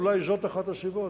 אולי זאת אחת הסיבות.